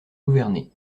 louverné